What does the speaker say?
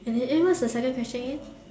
and the and what's the second question again